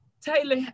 Taylor